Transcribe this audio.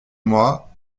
moi